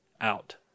out